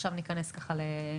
עכשיו ניכנס לפרטים.